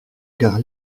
gare